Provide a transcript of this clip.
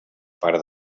part